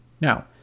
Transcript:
Now